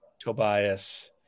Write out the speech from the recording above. Tobias